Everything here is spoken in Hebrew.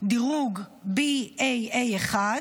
דירוגBAA1 ,